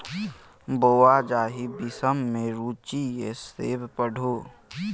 बौंआ जाहि विषम मे रुचि यै सैह पढ़ु